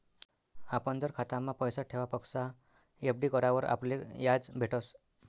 आपण जर खातामा पैसा ठेवापक्सा एफ.डी करावर आपले याज भेटस